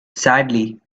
sadly